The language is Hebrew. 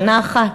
שנה אחת.